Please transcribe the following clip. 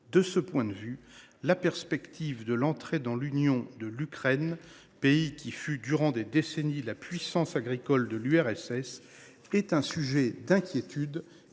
De ce point de vue, la perspective de l’entrée dans l’Union européenne de l’Ukraine, pays qui fut durant des décennies la puissance agricole de l’URSS, est un autre sujet d’inquiétude